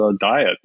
diet